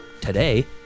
today